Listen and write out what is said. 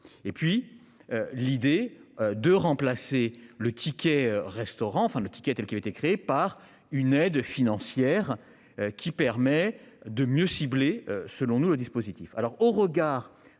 et puis. L'idée de remplacer le ticket restaurant enfin le ticket telle qui avait été créé par une aide financière qui permet de mieux cibler selon nous le dispositif.